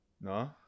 no